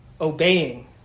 obeying